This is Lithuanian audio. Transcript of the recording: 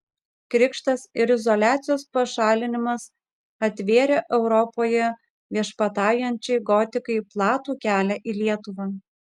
krikštas ir izoliacijos pašalinimas atvėrė europoje viešpataujančiai gotikai platų kelią į lietuvą